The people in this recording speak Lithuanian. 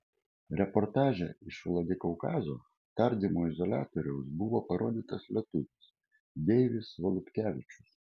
reportaže iš vladikaukazo tardymo izoliatoriaus buvo parodytas lietuvis deivis valutkevičius